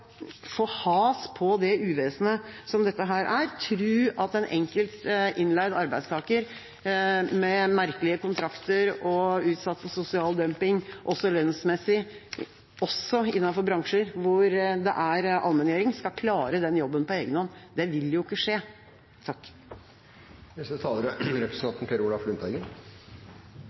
få has på det uvesenet dette er, men å tro at en enkelt innleid arbeidstaker som har merkelige kontrakter og er utsatt for sosial dumping, også lønnsmessig – også innenfor bransjer hvor det er allmenngjøring – skal klare den jobben på egen hånd, vil jo ikke skje. Jeg tar ordet for å takke representanten